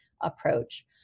approach